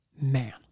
man